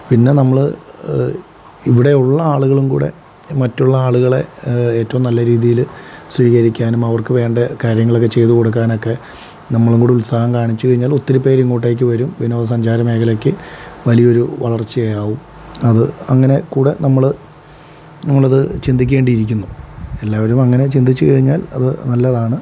പിന്നെ നമ്മൾ ഇവിടെ ഉള്ള ആളുകളും കൂടെ മറ്റുള്ള ആളുകളെ ഏറ്റവും നല്ല രീതിയിൽ സ്വീകരിക്കാനും അവർക്ക് വേണ്ട കാര്യങ്ങളൊക്കെ ചെയ്തുകൊടുക്കാനൊക്കെ നമ്മളും കൂടെ ഉത്സാഹം കാണിച്ചുകഴിഞ്ഞാൽ ഒത്തിരി പേര് ഇങ്ങോട്ടേക്ക് വരും വിനോദസഞ്ചാര മേഖലയ്ക്ക് വലിയൊരു വളർച്ചയാവും അത് അങ്ങനെ കൂടെ നമ്മൾ നമ്മളത് ചിന്തിക്കേണ്ടിയിരിക്കുന്നു എല്ലാവരും അങ്ങനെ ചിന്തിച്ചു കഴിഞ്ഞാൽ അത് നല്ലതാണ്